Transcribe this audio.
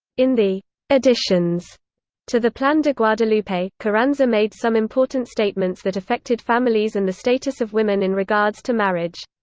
in the additions to the plan de guadalupe, carranza made some important statements that affected families and the status of women in regards to marriage.